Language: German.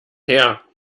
her